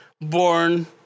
born